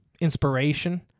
inspiration